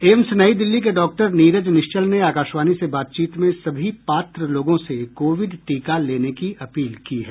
AIIMS नई दिल्ली के doctor Neeraj Nischal ने आकाशवाणी से बातचीत में सभी पात्र लोगों से कोविड टीका लेने की अपील की है